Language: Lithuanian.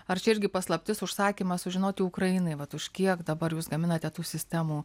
ar čia irgi paslaptis užsakymą sužinoti ukrainai vat už kiek dabar jūs gaminate tų sistemų